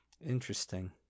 Interesting